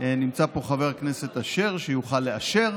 נמצא פה חבר הכנסת אשר, שיוכל לאשר,